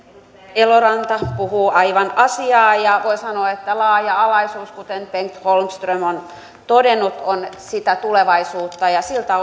eloranta puhuu aivan asiaa ja voi sanoa että laaja alaisuus kuten bengt holmström on todennut on sitä tulevaisuutta ja siltä